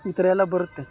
ಈಥರ ಎಲ್ಲ ಬರುತ್ತೆ